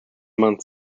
month